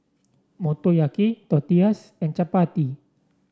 Motoyaki Tortillas and Chapati